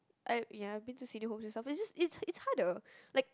I ya I've been to senior homes and stuff like just it's it's harder like